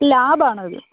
lab ആണത്